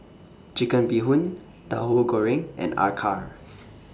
Chicken Bee Hoon Tauhu Goreng and Acar